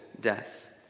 death